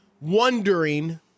wondering